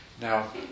Now